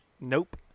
Nope